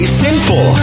sinful